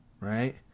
right